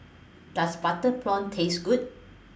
Does Butter Prawns Taste Good